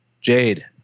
Jade